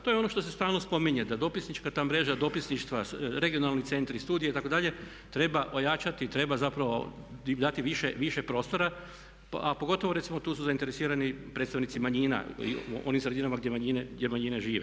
To je ono što se stalno spominje, da dopisnička ta mreža dopisništva, regionalni centri, studije itd. treba ojačati, treba zapravo dati više prostora, a pogotovo recimo tu su zainteresirani predstavnici manjina u onim sredinama gdje manjine žive.